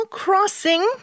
crossing